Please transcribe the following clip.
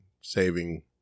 saving